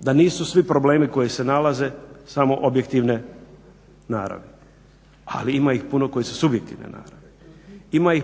da nisu svi problemi koji se nalaze samo objektivne naravi, ali ima ih puno koje su subjektivne naravi. Ima i